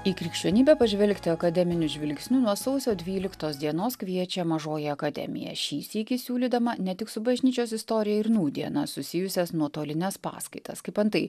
į krikščionybę pažvelgti akademiniu žvilgsniu nuo sausio dvyliktos dienos kviečia mažoji akademija šį sykį siūlydama ne tik su bažnyčios istorija ir nūdiena susijusias nuotolines paskaitas kaip antai